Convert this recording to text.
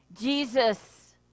Jesus